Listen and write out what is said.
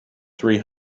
three